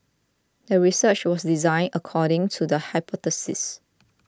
the research was designed according to the hypothesis